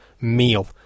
meal